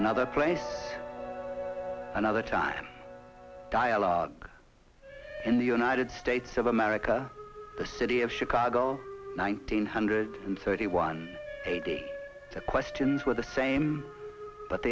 another place another time dialogue in the united states of america the city of chicago nineteen hundred and thirty one a day the questions were the same but